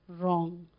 wrong